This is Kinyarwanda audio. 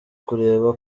kureba